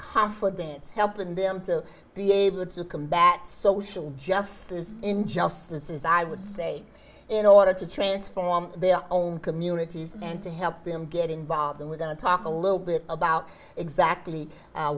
confidence helping them to be able to combat social justice injustices i would say in order to transform their own communities and to help them get involved in with our talk a little bit about exactly